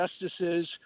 justices